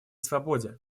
свободе